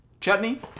Chutney